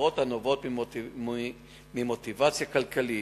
אחרות הנובעות ממוטיבציה כלכלית,